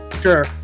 sure